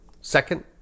Second